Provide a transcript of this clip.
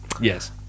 Yes